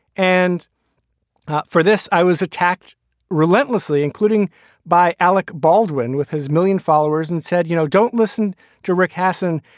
and for this, i was attacked relentlessly, including by alec baldwin with his million followers and said, you know, don't listen to rick hassin.